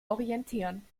orientieren